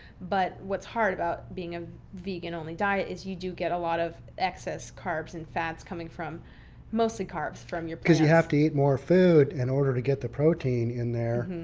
but what's hard about being a vegan only diet is you do get a lot of excess carbs and fats coming from mostly carbs from your past. because you have to eat more food in order to get the protein in there,